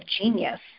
genius